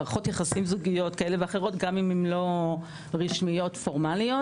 מערכות יחסים זוגיות כאלה ואחרות גם אם הן לא רשמיות פורמליות.